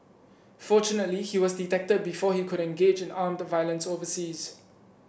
fortunately he was detected before he could engage in armed violence overseas